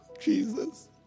Jesus